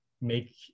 make